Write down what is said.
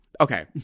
Okay